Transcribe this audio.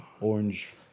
orange